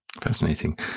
fascinating